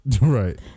Right